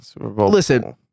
Listen